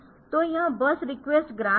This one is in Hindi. तो यह बस रिक्वेस्ट ग्रान्ट्स है